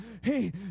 hey